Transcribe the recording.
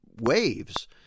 waves